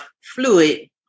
fluid